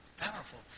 powerful